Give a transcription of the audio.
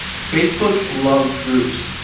facebook loves groups.